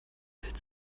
bild